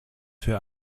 für